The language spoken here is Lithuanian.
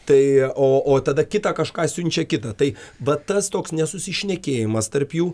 tai o o tada kitą kažką siunčia kitą tai vat tas toks nesusišnekėjimas tarp jų